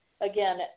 again